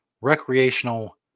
recreational